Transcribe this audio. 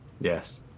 Yes